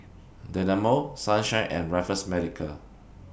Dynamo Sunshine and Raffles Medical